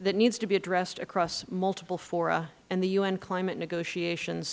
that needs to be addressed across multiple fora and the u n climate negotiations